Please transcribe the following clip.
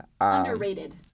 Underrated